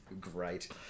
Great